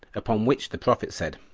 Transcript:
upon which the prophet said,